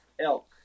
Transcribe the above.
elk